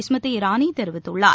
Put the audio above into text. Smriti இரானிதெரிவித்துள்ளார்